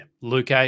Luke